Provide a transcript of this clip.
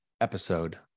episode